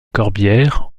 corbières